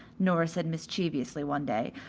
nora said mischievously one day,